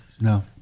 no